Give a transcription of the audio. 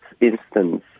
instance